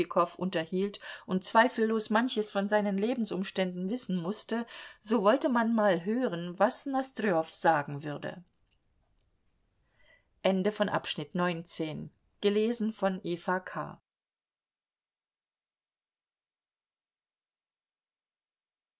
tschitschikow unterhielt und zweifellos manches von seinen lebensumständen wissen mußte so wollte man mal hören was nosdrjow sagen würde